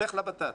לך לות"ת.